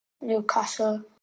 Newcastle